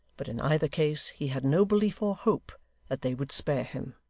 but in either case he had no belief or hope that they would spare him.